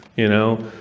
you know,